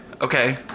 okay